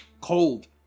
Cold